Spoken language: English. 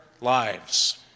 lives